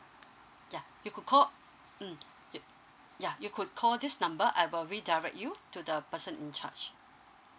ya you could call mm ya you could call this number I will re direct you to the person in charge